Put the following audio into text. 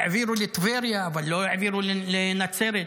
העבירו לטבריה אבל לא העבירו לנצרת,